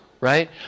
right